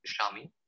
Shami